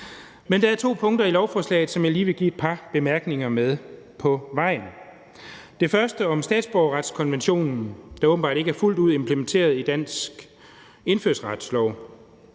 Men der er to punkter i lovforslaget, som jeg lige vil give et par bemærkninger med på vejen. Det første er om statsborgerretskonventionen, der åbenbart ikke er fuldt ud implementeret i dansk indfødsretslov.